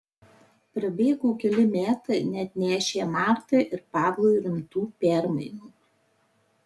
prabėgo keli metai neatnešę martai ir pavlui rimtų permainų